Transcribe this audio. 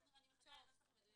אני אקריא את הנוסח המדויק